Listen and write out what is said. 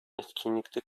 etkinlikte